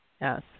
Yes